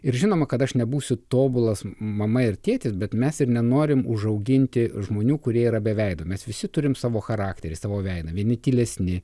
ir žinoma kad aš nebūsiu tobulas mama ir tėtis bet mes ir nenorim užauginti žmonių kurie yra be veido mes visi turim savo charakterį savo veidą vieni tylesni